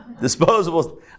Disposable